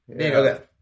Okay